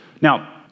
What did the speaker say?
Now